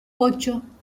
ocho